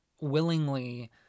willingly